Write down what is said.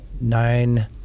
nine